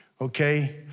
Okay